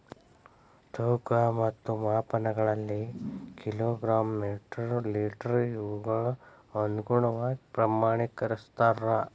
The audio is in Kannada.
ತೂಕ ಮತ್ತು ಮಾಪನಗಳಲ್ಲಿ ಕಿಲೋ ಗ್ರಾಮ್ ಮೇಟರ್ ಲೇಟರ್ ಇವುಗಳ ಅನುಗುಣವಾಗಿ ಪ್ರಮಾಣಕರಿಸುತ್ತಾರೆ